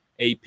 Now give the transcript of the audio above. AP